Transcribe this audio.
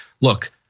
look